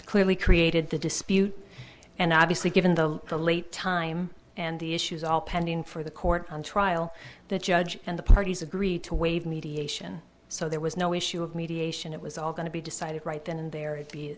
clearly created the dispute and obviously given the the late time and the issues all pending for the court on trial the judge and the parties agreed to waive mediation so there was no issue of mediation it was all going to be decided right then and there